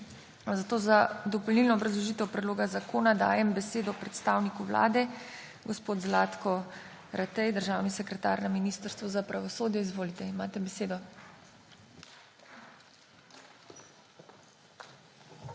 zato za dopolnilno obrazložitev predloga zakona dajem besedo predstavniku Vlade. Gospod Zlatko Ratej, državni sekretar na Ministrstvu za pravosodje, izvolite, imate besedo.